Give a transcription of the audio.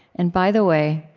and by the way,